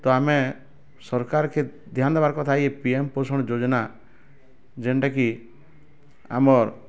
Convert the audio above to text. ତ ଆମେ ସରକାରକେ ଧ୍ୟାନ ଦେବା କଥା କି ପି ଏମ୍ ପୋଷଣ ଯୋଜନା ଯେନଟା କି ଆମର